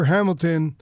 Hamilton